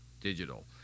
digital